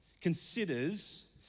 considers